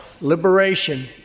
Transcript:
liberation